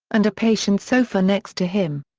and a patients' sofa next to him.